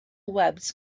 webs